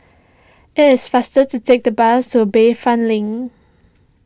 it is faster to take the bus to Bayfront Link